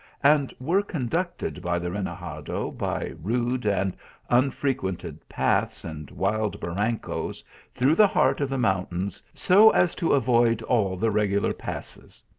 and were con ducted by the renegado, by rude and unfrequented paths, and wild barrancos through the heart of the mountains, so as to avoid all the regular passes.